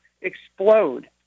explode